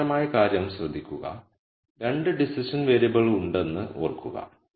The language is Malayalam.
രസകരമായ കാര്യം ശ്രദ്ധിക്കുക 2 ഡിസിഷൻ വേരിയബിളുകൾ ഉണ്ടെന്ന് ഓർക്കുക